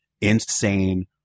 insane